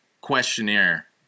questionnaire